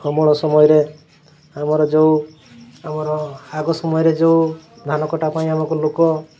ଅମଳ ସମୟରେ ଆମର ଯେଉଁ ଆମର ଆଗ ସମୟରେ ଯେଉଁ ଧାନ କଟା ପାଇଁ ଆମକୁ ଲୋକ